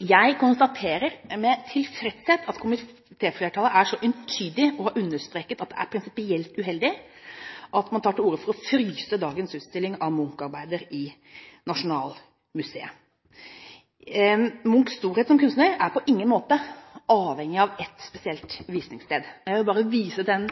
Jeg konstaterer med tilfredshet at komitéflertallet er så entydig og har understreket at det er prinsipielt uheldig at man tar til orde for å fryse dagens utstilling av Munch-arbeider i Nasjonalmuseet. Munchs storhet som kunstner er på ingen måte avhengig av ett spesielt visningssted. Jeg vil vise til den